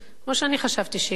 כמו שאני חשבתי שיקרה.